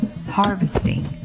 harvesting